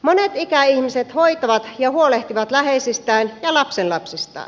monet ikäihmiset hoitavat ja huolehtivat läheisistään ja lapsenlapsistaan